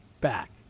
back